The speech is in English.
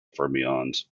fermions